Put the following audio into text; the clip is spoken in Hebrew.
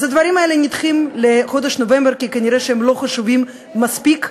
והדברים האלה נדחים לחודש נובמבר כי כנראה הם לא חשובים מספיק.